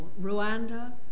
Rwanda